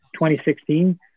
2016